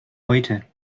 heute